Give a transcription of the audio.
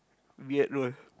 weird role